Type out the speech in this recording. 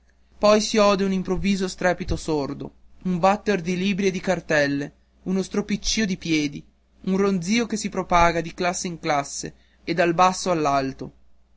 poi si ode un improvviso strepito sordo un batter di libri e di cartelle uno stropiccio di piedi un ronzìo che si propaga di classe in classe e dal basso